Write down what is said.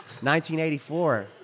1984